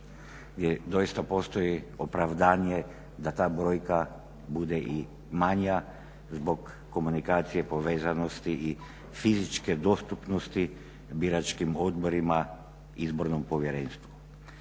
gdje doista postoji opravdanje da ta brojka bude i manja zbog komunikacije povezanosti i fizičke dostupnosti biračkim odborima izbornom povjerenstvu.